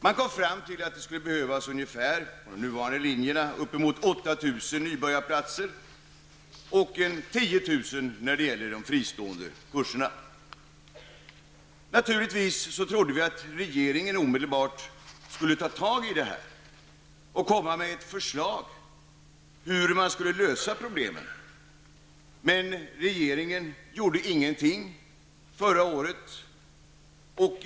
Man kom då fram till att det på de nuvarande linjerna skulle behövas ungefär 8 000 nybörjarplatser och Vi trodde naturligtvis att regeringen omedelbart skulle ta itu med detta och komma med ett förslag om hur problemen skulle lösas. Men regeringen gjorde ingenting förra året.